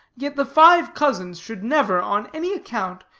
yet the five cousins should never, on any account,